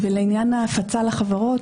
לעניין ההפצה לחברות,